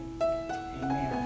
Amen